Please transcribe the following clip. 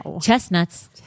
Chestnuts